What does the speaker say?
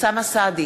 אוסאמה סעדי,